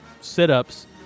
sit-ups